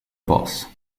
boss